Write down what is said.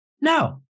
No